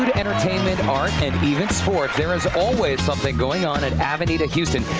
but entertainment, art and even sports, there's always something going on at avenida houston.